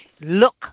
look